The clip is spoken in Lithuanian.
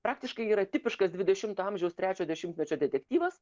praktiškai yra tipiškas dvidešimto amžiaus trečio dešimtmečio detektyvas